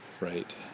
right